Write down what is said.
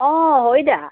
অঁ হৰিতা